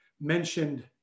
mentioned